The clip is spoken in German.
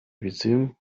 beziehung